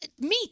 meat